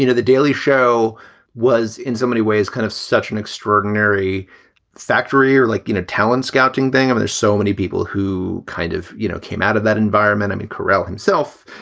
you know the daily show was in so many ways kind of such an extraordinary factory or like, you know, talent scouting being on. there's so many people who kind of, you know, came out of that environment. emmy corral himself,